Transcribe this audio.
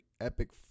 epic